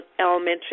elementary